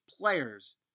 players